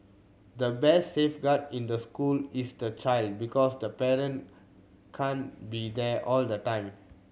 the best safeguard in the school is the child because the paren can't be there all the time